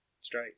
Straight